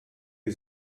die